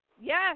Yes